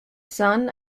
son